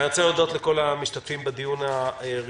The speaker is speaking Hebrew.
אני רוצה להודות לכל המשתתפים בדיון הראשון.